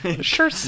Sure